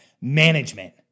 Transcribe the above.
Management